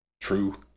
true